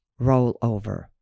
rollover